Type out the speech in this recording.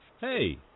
Hey